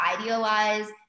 idealize